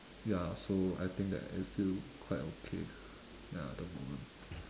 ya so I think that is still quite okay ya at the moment